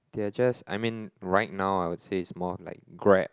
they are just I mean right now I would say it's more like grab